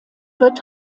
wird